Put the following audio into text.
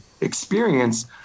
experience